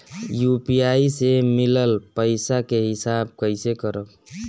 UPI से मिलल पईसा के हिसाब कइसे करब?